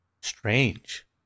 strange